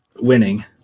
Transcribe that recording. winning